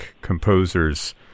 composers